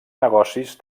negocis